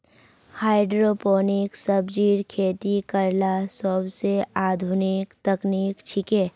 hydroponic सब्जिर खेती करला सोबसे आधुनिक तकनीक छिके